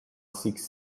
seeks